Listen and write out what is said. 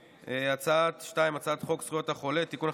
2. הצעת חוק זכויות החולה (תיקון,